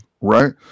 right